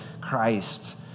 Christ